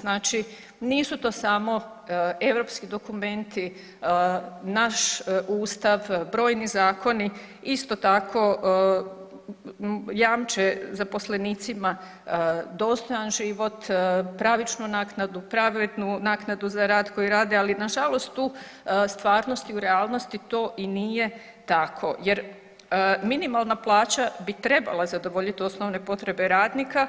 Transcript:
Znači nisu to samo europski dokumenti naš Ustav, brojni zakoni isto tako jamče zaposlenicima dostojan život, pravičnu naknadu, pravednu naknadu za rad koji rade ali nažalost u stvarnosti, u realnosti to i nije tako jer minimalna plaća bi trebala zadovoljiti osnovne potrebe radnika,